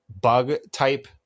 bug-type